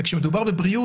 וכשמדובר בבריאות,